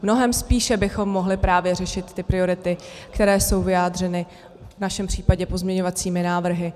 Mnohem spíše bychom mohli právě řešit ty priority, které jsou vyjádřeny v našem případě pozměňovacími návrhy.